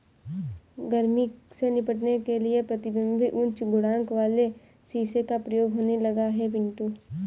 गर्मी से निपटने के लिए प्रतिबिंब उच्च गुणांक वाले शीशे का प्रयोग होने लगा है पिंटू